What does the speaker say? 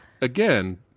again